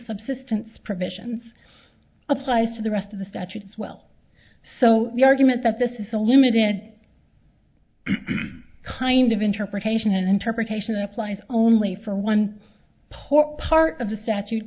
subsistence provisions applies to the rest of the statute as well so the argument that this is a limited kind of interpretation and interpretation applies only for one poor part of the statute